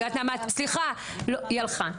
היא הלכה,